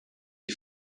you